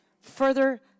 Further